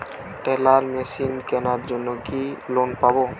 Teller machine কেনার জন্য কি লোন পাব?